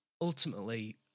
ultimately